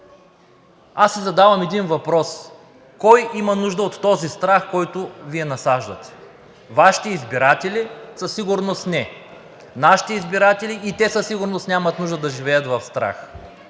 Аз си задавам един въпрос: кой има нужда от този страх, който Вие насаждате? Вашите избиратели – със сигурност не. Нашите избиратели – и те със сигурност нямат нужда да живеят в страх.